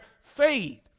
faith